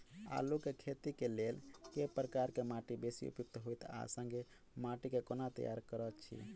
आलु केँ खेती केँ लेल केँ प्रकार केँ माटि बेसी उपयुक्त होइत आ संगे माटि केँ कोना तैयार करऽ छी?